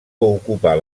ocupar